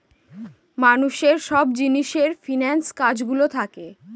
মানুষের সব নিজের ফিন্যান্স কাজ গুলো থাকে